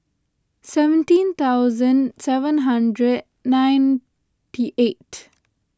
seventeen thousand seven hundred ninety eight